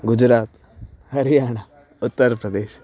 गुजरात् हर्याणा उत्तरप्रदेशः